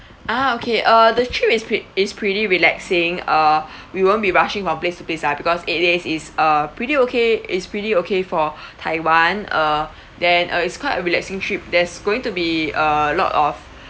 ah okay uh the trip is pre~ is pretty relaxing uh we won't be rushing from place to place ah because eight days it is a pretty okay it's pretty okay for taiwan uh then uh it's quite a relaxing trip there's going to be a lot of